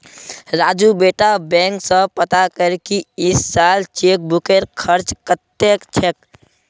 राजू बेटा बैंक स पता कर की इस साल चेकबुकेर खर्च कत्ते छेक